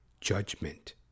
judgment